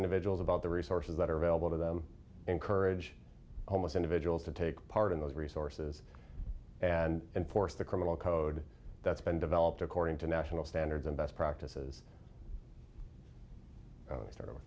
individuals about the resources that are available to them encourage almost individuals to take part in those resources and enforce the criminal code that's been developed according to national standards and best practices